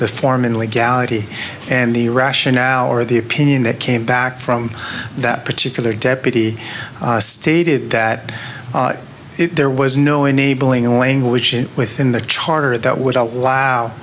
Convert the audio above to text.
the form in legality and the rationale or the opinion that came back from that particular deputy stated that there was no enabling language within the charter that would allow